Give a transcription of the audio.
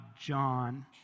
John